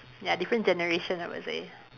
ya different generation I would say